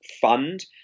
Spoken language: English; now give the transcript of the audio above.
fund